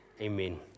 Amen